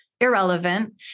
irrelevant